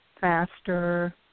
faster